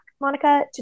Monica